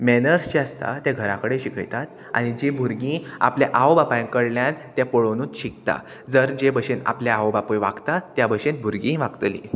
manners जे आसता तें घरा कडे शिकयतात आनी जी भुरगीं आपल्या आवय बापाय कडल्यान तें पळोवनूच शिकता जर जे भशेन आपल्या आवय बापूय वागता त्या भशेन भुरगीं वागतलीं